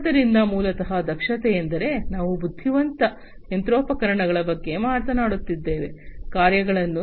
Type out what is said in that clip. ಆದ್ದರಿಂದ ಮೂಲತಃ ದಕ್ಷತೆಯೆಂದರೆ ನಾವು ಬುದ್ಧಿವಂತ ಯಂತ್ರೋಪಕರಣಗಳ ಬಗ್ಗೆ ಮಾತನಾಡುತ್ತಿದ್ದೇವೆ ಕಾರ್ಯಗಳನ್ನು ಸಮರ್ಥವಾಗಿ ನಿರ್ವಹಿಸುವ ಬಗ್ಗೆ